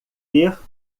ter